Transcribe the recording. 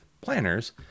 planners